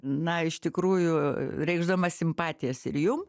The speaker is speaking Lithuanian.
na iš tikrųjų reikšdama simpatijas ir jum